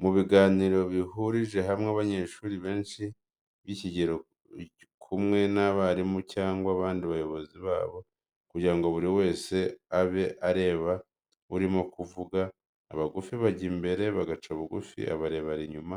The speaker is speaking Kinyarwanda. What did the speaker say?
Mu biganiro bihurije hamwe abanyeshuri benshi by'ikigero kumwe n'abarimu cyangwa abandi bayobozi babo kugira ngo buri wese abe areba urimo kuvuga, abagufi bajya imbere bagaca bugufi, abarebare inyuma,